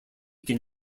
can